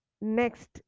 next